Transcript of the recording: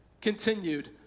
continued